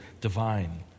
divine